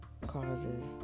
causes